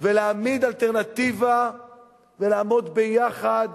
ולהעמיד אלטרנטיבה ולעמוד ביחד.